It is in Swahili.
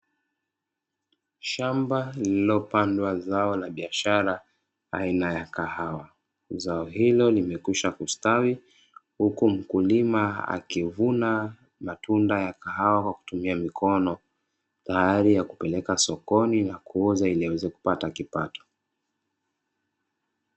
Shamba lililopandwa zao la biashara aina ya kahawa, zao hilo limekwisha kustawi huku mkulima akivuna matunda ya kahawa kwa kutumia mikono tayari kwa kupeleka sokoni ili aweze kupata kipato.